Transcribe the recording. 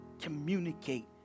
communicate